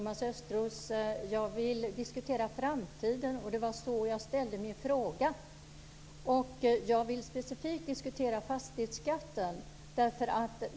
Herr talman! Jag vill diskutera framtiden, Thomas Östros. Det var så jag ställde min fråga. Jag vill specifikt diskutera fastighetsskatten.